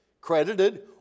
credited